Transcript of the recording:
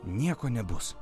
nieko nebus